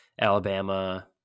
Alabama